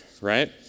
Right